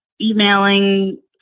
emailing